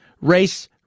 Race